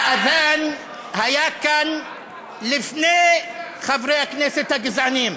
האד'אן היה כאן לפני חברי הכנסת הגזענים,